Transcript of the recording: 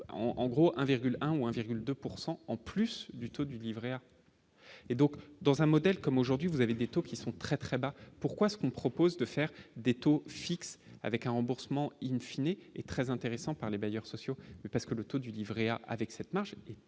en gros 1,1 ou 1,2 pourcent en en plus du taux du Livret A et donc dans un modèle comme aujourd'hui, vous avez des taux qui sont très très bas, pourquoi ce qu'on propose de faire des taux fixes avec un remboursement in fine, il est très intéressant par les bailleurs sociaux, parce que le taux du Livret A, avec cette marche